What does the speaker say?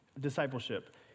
discipleship